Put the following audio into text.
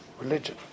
religion